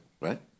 Right